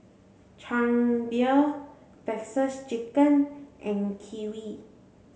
Chang Beer Texas Chicken and Kiwi